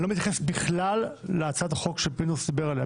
אני לא מתייחס בכלל להצעת החוק שפינדרוס דיבר עליה.